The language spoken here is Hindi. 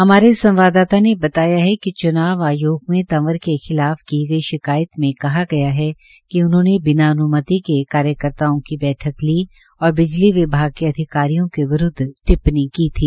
हमारे संवाददाता ने बताया कि च्नाव आयोग में तंवर के खिलाफ की गई शिकायत मे कहा गया है कि उन्होंने बिना अन्मति के कार्यकर्ताओं की बैठक ली और बिजली विभाग के अधिकारियों के विरूदव टिप्पणी की थी